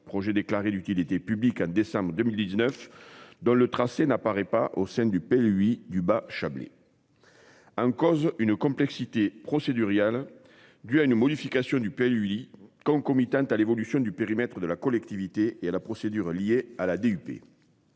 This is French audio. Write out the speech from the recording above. projet déclaré d'utilité publique en décembre 2019 dans le tracé n'apparaît pas au sein du pays lui du bas Chablais. En cause, une complexité procès du rial due à une modification du PLU Ueli concomitante à l'évolution du périmètre de la collectivité et à la procédure liée à la DUP.